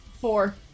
Four